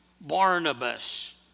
Barnabas